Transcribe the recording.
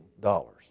dollars